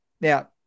Now